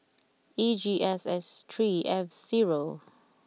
E G S S three F zero